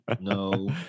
no